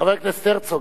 חבר הכנסת הרצוג,